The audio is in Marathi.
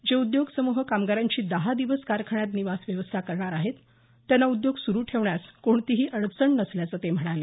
जे उद्योग समुह कामगारांची दहा दिवस कारखान्यात निवास व्यवस्था करणार आहे त्यांना उद्योग चालू ठेवण्यास कोणतीही अडचण नसल्याचं ते म्हणाले